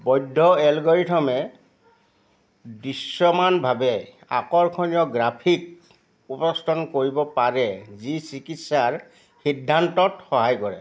বৈধ এলগৰিথমে দৃশ্যমানভাৱে আকৰ্ষণীয় গ্ৰাফিক উপস্থাপন কৰিব পাৰে যি চিকিৎসাৰ সিদ্ধান্তত সহায় কৰে